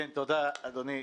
תודה אדוני.